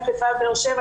חיפה ובאר שבע,